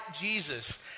Jesus